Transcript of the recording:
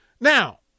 Now